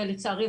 ולצערי,